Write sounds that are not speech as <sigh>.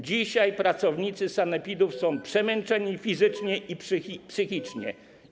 Dzisiaj pracownicy sanepidów są przemęczeni <noise> fizycznie i psychicznie.